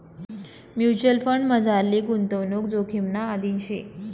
mutual फंडमझारली गुताडणूक जोखिमना अधीन शे